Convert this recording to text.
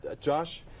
Josh